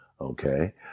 Okay